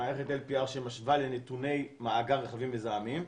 מערכת LPR שמשווה לנתוני מאגר רכבים מזהמים.